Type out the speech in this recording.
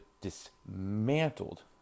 dismantled